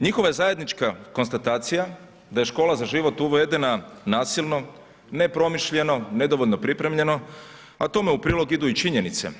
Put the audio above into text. Njihova je zajednička konstatacija da je škola za život uvedena nasilno, nepromišljeno, nedovoljno pripremljeno, a tome u prilog idu i činjenice,